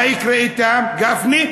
מה יקרה אתם, חבר הכנסת גפני?